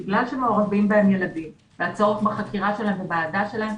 בגלל שמעורבים בהם ילדים והצורך בחקירה שלהם ובהעדה שלהם,